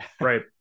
Right